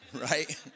right